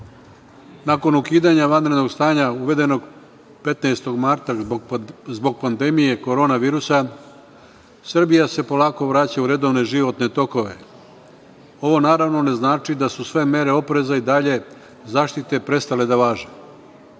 ukidanja vanrednog stanja uvedenog 15. marta zbog pandemije Koronavirusa Srbija se polako vraća u redovne životne tokove. Ovo naravno ne znači da su sve mere opreza i dalje zaštite prestale da važe.